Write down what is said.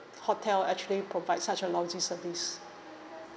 hotel actually provide such a lousy service